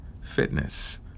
fitness